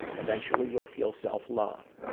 eventually you'll feel self-love,